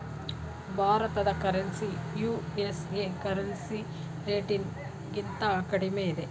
ಭಾರತದ currency USA currency ರೇಟ್ಗಿಂತ ಕಡಿಮೆ ಇದೆ